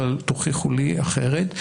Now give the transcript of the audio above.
אבל תוכיחו לי אחרת,